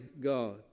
God